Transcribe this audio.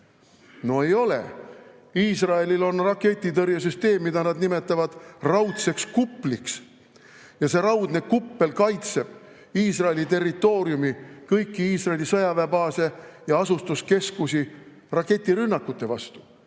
No ei ole. Iisraelil on raketitõrjesüsteem, mida nad nimetavad raudseks kupliks, ja see raudne kuppel kaitseb Iisraeli territooriumi, kõiki Iisraeli sõjaväebaase ja asustuskeskusi raketirünnakute vastu.